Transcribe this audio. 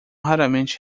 raramente